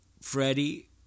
Freddie